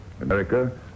America